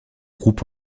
groupe